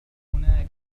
هناك